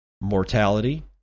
mortality